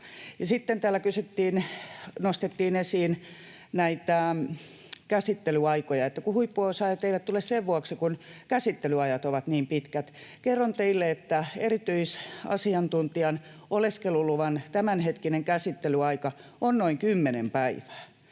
Sitten täällä nostettiin esiin näitä käsittelyaikoja, että huippuosaajat eivät tule sen vuoksi, kun käsittelyajat ovat niin pitkät. Kerron teille, että erityisasiantuntijan oleskeluluvan tämänhetkinen käsittelyaika on noin kymmenen päivää.